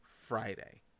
Friday